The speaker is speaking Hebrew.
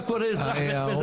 מה קורה בתור אזרח שמדבר.